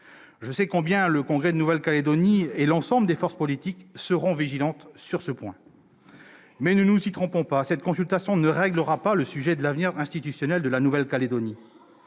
Je sais combien le congrès de la Nouvelle-Calédonie et l'ensemble des forces politiques seront vigilants sur ce point. Mais, ne nous y trompons pas, cette consultation ne réglera pas le sujet de l'avenir institutionnel de la Nouvelle-Calédonie.